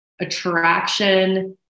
attraction